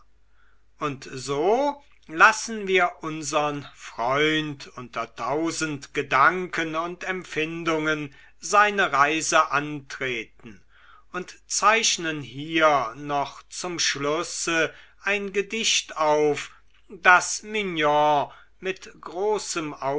und so lassen wir unsern freund unter tausend gedanken und empfindungen seine reise antreten und zeichnen hier noch zum schlusse ein gedicht auf das mignon mit großem